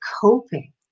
coping